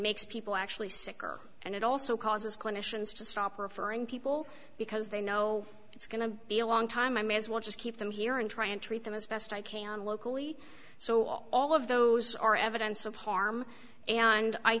makes people actually sicker and it also causes clinicians to stop referring people because they know it's going to be a long time i may as well just keep them here and try and treat them as best i can locally so all of those are evidence of harm and i